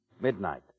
Midnight